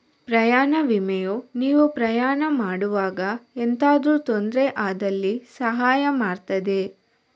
ಪ್ರಯಾಣ ವಿಮೆಯು ನೀವು ಪ್ರಯಾಣ ಮಾಡುವಾಗ ಎಂತಾದ್ರೂ ತೊಂದ್ರೆ ಆದಲ್ಲಿ ಸಹಾಯ ಮಾಡ್ತದೆ